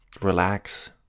Relax